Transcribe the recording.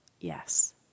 yes